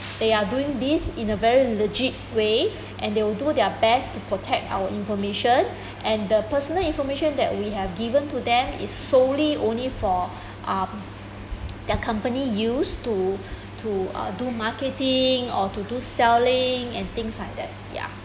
they are doing this in a very legit way and they'll do their best to protect our information and the personal information that we have given to them is solely only for um their company use to to uh do marketing or to do selling and things like that ya